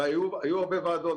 הרי היו הרבה ועדות,